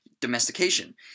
domestication